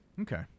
Okay